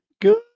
Good